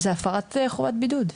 זו הפרת חובת בידוד.